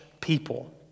people